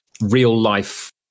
real-life